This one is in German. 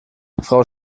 frau